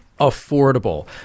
affordable